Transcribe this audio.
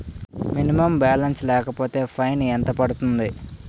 Minimum balance లేకపోతే fine ఎంత పడుతుంది?